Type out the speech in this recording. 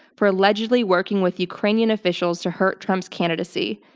for allegedly working with ukrainian officials to hurt trump's candidacy.